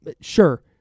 sure